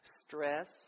Stress